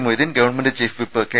Moideen government chief whip K